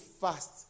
fast